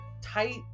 tight